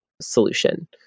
solution